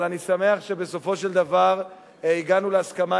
אבל אני שמח שבסופו של דבר הגענו להסכמה